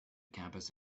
campus